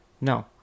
No